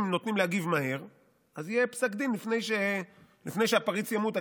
אם נותנים להגיב מהר אז יהיה פסק דין לפני שהפריץ ימות,